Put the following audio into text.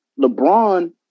LeBron